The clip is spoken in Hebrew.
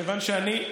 כיוון שאני,